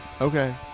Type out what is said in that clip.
Okay